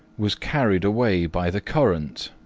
was carried away by the current,